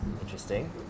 Interesting